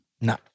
No